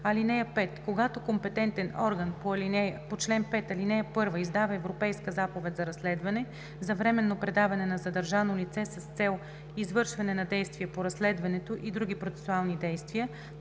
(5) Когато компетентен орган по чл. 5, ал. 1 издава Европейска заповед за разследване за временно предаване на задържано лице с цел извършване на действие по разследването и други процесуални действия